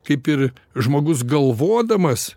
kaip ir žmogus galvodamas